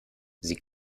sie